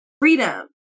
freedom